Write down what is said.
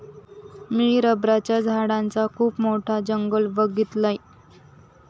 मी रबराच्या झाडांचा खुप मोठा जंगल बघीतलय